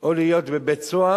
או להיות בבית-סוהר,